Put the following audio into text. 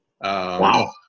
Wow